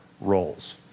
roles